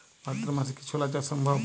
ভাদ্র মাসে কি ছোলা চাষ সম্ভব?